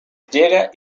llega